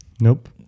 Nope